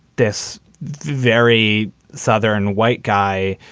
this very southern white guy,